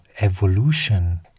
evolution